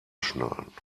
schnallen